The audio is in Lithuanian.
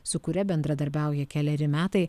su kuria bendradarbiauja keleri metai